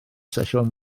sesiwn